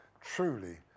truly